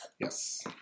yes